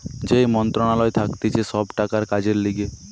যেই মন্ত্রণালয় থাকতিছে সব টাকার কাজের লিগে